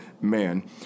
man